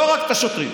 לא רק את השוטרים,